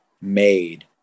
made